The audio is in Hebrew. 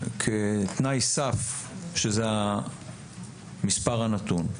כתנאי סף שזה המספר הנתון.